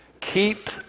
keep